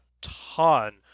ton